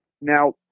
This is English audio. Now